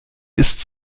ist